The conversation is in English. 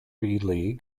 league